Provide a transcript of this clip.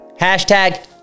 hashtag